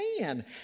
man